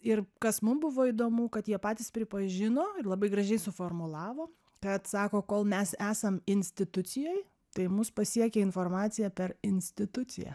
ir kas mum buvo įdomu kad jie patys pripažino ir labai gražiai suformulavo kad sako kol mes esam institucijoj tai mus pasiekia informacija per instituciją